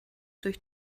durch